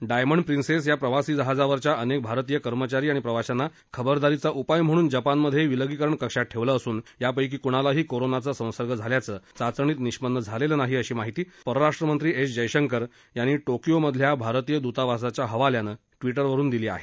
diamond Princess या प्रवासी जहाजावरच्या अनेक भारतीय कर्मचारी आणि प्रवाशांना खबरदारीचा उपाय म्हणून जपानमध्ये विलगीकरण कक्षात ठेवलं असून त्यापैकी कुणालाही कोरोनाचा संसर्ग झाल्याचं चाचणीत निष्पन्न झालेलं नाही अशी माहिती परराष्ट्रमंत्री एस जयशंकर यांनी टोकियो मधल्या भारतीय दूतावासाच्या हवाल्यानं ट्विटरवरून दिली आहे